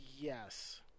Yes